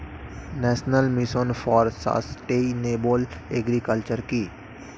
National mission for sustainable agriculture কি?